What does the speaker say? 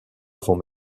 avant